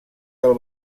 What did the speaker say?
del